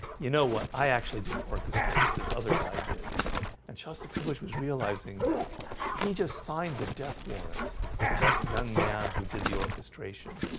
you know what i actually didn't orchestrate if this other guy did and shostakovich was realizing he just signed the death warrant for that young man. who did the orchestration?